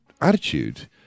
attitude